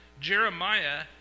Jeremiah